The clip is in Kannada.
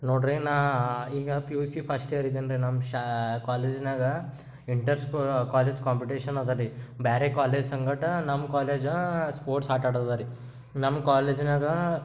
ನೋಡಿರಿ ನಾ ಈಗ P U C first year ಇದ್ದೀನಿ ರಿ ನಮ್ಮ ಶಾ ಕಾಲೇಜ್ನ್ಯಾಗ ಇಂಟರ್ಸ್ ಕಾಲೇಜ್ ಕಾಂಪಿಟೇಷನ್ ಅದರಿ ಬೇರೆ ಕಾಲೇಜ್ ಸಂಗಡ ನಮ್ಮ ಕಾಲೇಜಾ ಸ್ಪೋರ್ಟ್ಸ್ ಆಟಾಡೊದರಿ ನಮ್ಮ ಕಾಲೇಜ್ನಾಗ